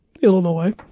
Illinois